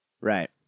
Right